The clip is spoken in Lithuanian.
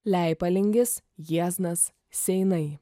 leipalingis jieznas seinai